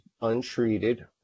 untreated